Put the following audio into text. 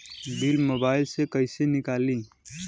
Bill mobile से कईसे निकाली?